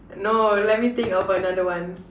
no let me think of another one